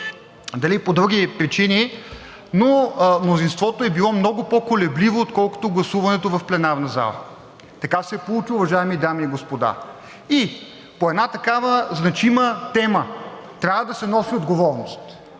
дали по други причини, но мнозинството е било много по-колебливо, отколкото гласуването в пленарната зала. Така се е получило, уважаеми дами и господа. По една такава значима тема трябва да се носи отговорност,